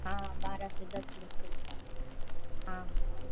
हाँ बारह से दस में खुलता है हाँ हाँ